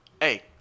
Hey